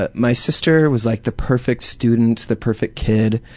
ah my sister was like the perfect student, the perfect kid.